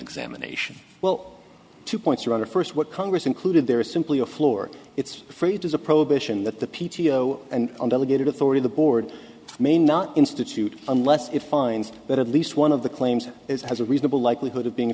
examination well two points rather first what congress included there is simply a floor it's phrased as a prohibition that the p t o and delegated authority the board may not institute unless it finds that at least one of the claims is has a reasonable likelihood of being